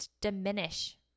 diminish